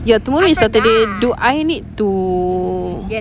ya tomorrow is saturday do I need to